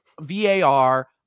var